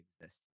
exist